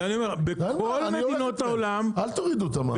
בכל מדינות העולם --- אז אל תורידו מע"מ,